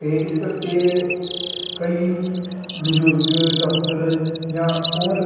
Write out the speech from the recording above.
ਇਸ ਕਰਕੇ ਕਈ ਬਜ਼ੁਰਗ ਡਾਕਟਰ ਜਾਂ ਹੋਰ